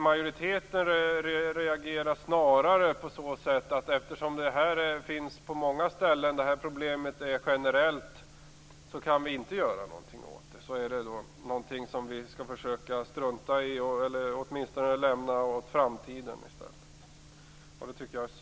Majoriteten reagerar snarare på ett annat sätt - eftersom det här problemet finns på många ställen, dvs. är generellt, kan vi inte göra någonting åt det. Således är det något som vi skall försöka strunta i eller åtminstone överlåta på framtiden. Det tycker jag är synd.